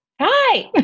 Hi